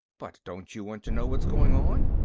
but don't you want to know what's going on?